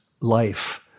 life